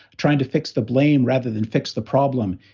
trying to fix the blame rather than fix the problem,